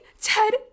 Ted